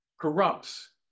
corrupts